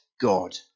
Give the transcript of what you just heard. God